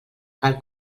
cal